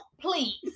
please